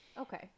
Okay